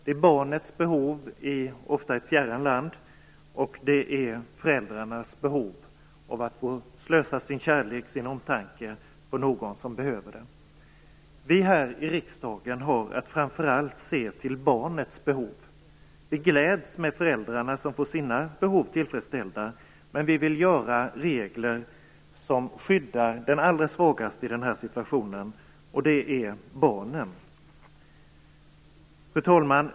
Det är barnets behov, ofta i ett fjärran land, och föräldrarnas behov av att få slösa sin kärlek och sin omtanke på någon som behöver den. Vi här i riksdagen har framför allt att se till barnets behov. Vi gläds med föräldrarna som får sina behov tillfredsställda, men vi vill göra regler som skyddar de allra svagaste i den här situationen, nämligen barnen. Fru talman!